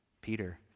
Peter